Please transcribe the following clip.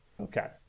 Okay